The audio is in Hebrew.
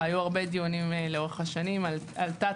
היו הרבה דיונים לאורך השנים על תת